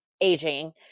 aging